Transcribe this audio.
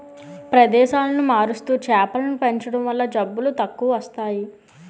ప్రదేశాలను మారుస్తూ చేపలను పెంచడం వల్ల జబ్బులు తక్కువస్తాయి